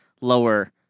lower